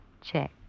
Check